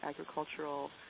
agricultural